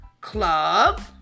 Club